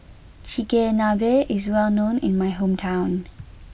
Chigenabe is well known in my hometown